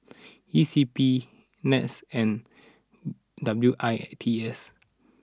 E C P Nets and W I T S